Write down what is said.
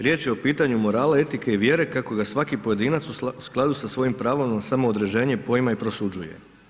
Riječ je o pitanju morala, etike i vjere kako ga svaki pojedinac u skladu sa svojim pravilima i samoodređenjem poima i prosuđuje.